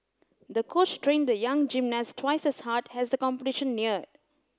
the coach trained the young gymnast twice as hard as the competition neared